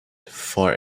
for